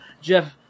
Jeff